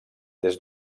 des